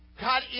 God